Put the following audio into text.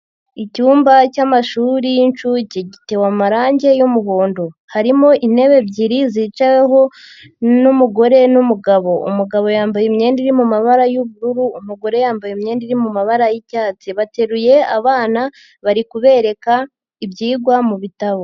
Icyumba cy'amashuri y'inshuke gitewe amarange y'umuhondo, harimo intebe ebyiri zicaweho n'umugore n'umugabo, umugabo yambaye imyenda iri mu mabara y'ubururu, umugore yambaye imyenda iri mu mabara y'icyatsi, bateruye abana bari kubereka ibyigwa mu bitabo.